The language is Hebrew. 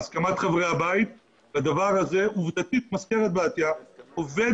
בהסכמת חברי הבית והדבר הזה הוא עובדתית במזכרת בתיה עובד